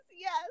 yes